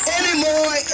anymore